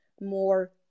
more